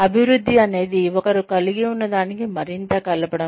అభివృద్ధి అనేది ఒకరు కలిగి ఉన్నదానికి మరికొంత కలపడం